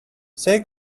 say